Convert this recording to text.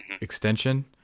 extension